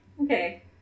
Okay